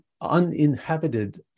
uninhabited